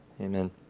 Amen